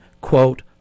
quote